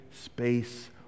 space